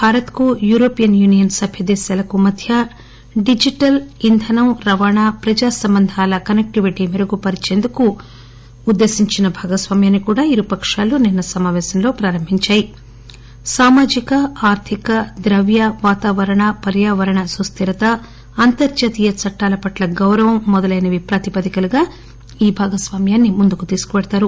భారత్కు European Union సభ్య దేశాలకు మత్స్వ డిజిటల్ ఇంధనం రవాణా ప్రజా సంబంధాలను మెరుగుపరిచేందుకు ఉద్దేశించిన కనెక్టివిటీ భాగస్వామ్యాన్ని కూడా ఇరు పక్షాలు నిన్న సమావేశంలో ప్రారంభించాయి సామాజిక ఆర్ధిక ద్రవ్య వాతావరణ పర్యావరణ సుస్ధిరత అంతర్జాతీయ చట్టాల పట్ల గౌరవం మొదలైనవి ప్రాతిపదికగా ఈ భాగస్వామ్యాన్ని మొందుకు తీసుకు పడతారు